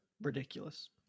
ridiculous